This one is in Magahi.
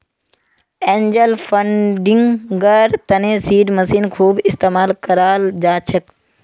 एंजल फंडिंगर तने सीड मनीर खूब इस्तमाल कराल जा छेक